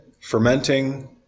fermenting